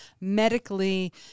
medically